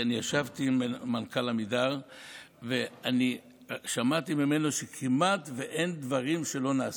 כי אני ישבתי עם מנכ"ל עמידר ושמעתי ממנו שכמעט שאין דברים שלא נעשים.